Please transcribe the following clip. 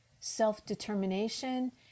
self-determination